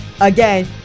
Again